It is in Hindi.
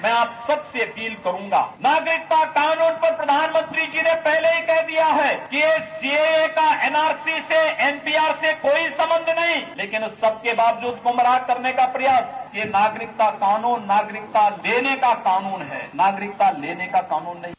मैं आप सबसे अपील करूंगा नागरिकता कान्न पर प्रधानमंत्री जी ने पहले ही कह दिया है कि सीएए का एनआरसी से एनपीआर से कोई संबंध नहीं है लेकिन उस सब के बावजूद गुमराह करने का प्रयास यह नागरिकता कानून देने का कानून है नागरिकता लेने का कानून नहीं है